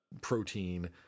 protein